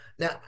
Now